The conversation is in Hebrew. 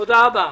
תודה רבה.